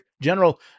General